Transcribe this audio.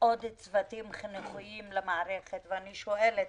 עוד צוותים חינוכיים למערכת, ואני שואלת